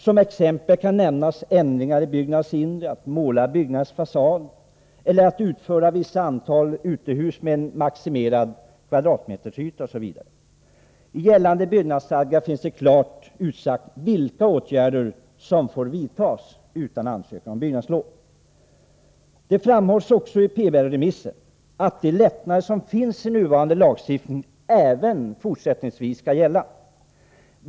Som exempel kan nämnas ändringar i byggnaders inre, ommålning av byggnaders fasad, uppförande av ett visst antal uthus med en maximerad kvadratmetersyta, osv. I gällande byggnadsstadga finns det klart utsagt vilka åtgärder som får vidtas utan ansökan om byggnadslov. Det framhålls också i PBL-remissen att de lättnader som finns i nuvarande lagstiftning även fortsättningsvis skall gälla.